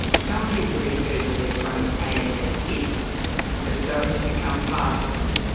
some people refer to their chronic pain as it as though it has become part of them,